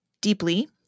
deeply